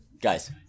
Guys